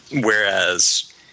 Whereas